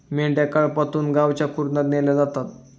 मेंढ्या कळपातून गावच्या कुरणात नेल्या जातात